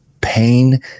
pain